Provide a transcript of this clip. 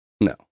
no